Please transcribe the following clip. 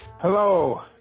Hello